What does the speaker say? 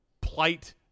plight